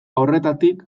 horretatik